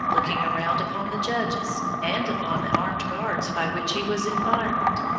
looking around upon the judges, and upon the armed guards by which he was environed,